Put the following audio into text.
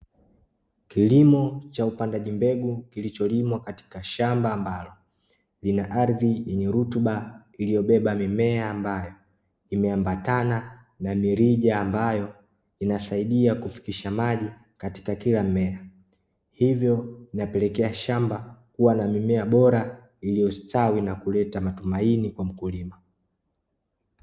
Kilimo cha upandaji mbegu, kilicholimwa katika shamba ambalo lina ardhi yenye rutuba, iliyobeba mimea ambayo imeambatana na mirija—ambayo inasaidia kufikisha maji katika kila mmea—hivyo inapelekea shamba kuwa la mimea bora iliyostawi na kuleta matumaini kwa mkulima.